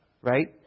Right